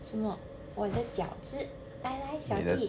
什么我的饺子来来小弟